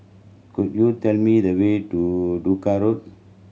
could you tell me the way to Duku Road